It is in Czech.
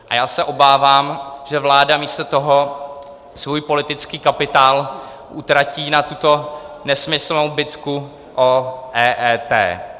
A já se obávám, že vláda místo toho svůj politický kapitál utratí na tuto nesmyslnou bitku o EET.